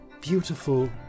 beautiful